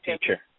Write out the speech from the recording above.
teacher